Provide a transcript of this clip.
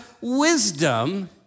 wisdom